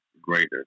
greater